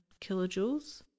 kilojoules